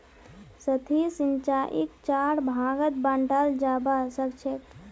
सतही सिंचाईक चार भागत बंटाल जाबा सखछेक